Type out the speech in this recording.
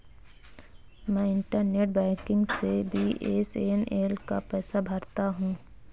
मैं internet banking से BSNL का पैसा भरता हूं